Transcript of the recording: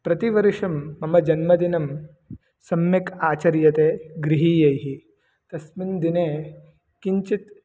प्रतिवर्षं मम जन्मदिनं सम्यक् आचर्यते गृहीयैः तस्मिन् दिने किञ्चित्